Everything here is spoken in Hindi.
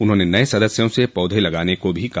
उन्होंने नए सदस्यों से पौधे लगाने को भी कहा